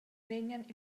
vegnan